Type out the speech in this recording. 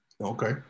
Okay